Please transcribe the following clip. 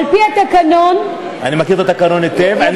על-פי התקנון, אני מכיר את התקנון היטב.